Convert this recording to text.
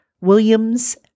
Williams